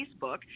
Facebook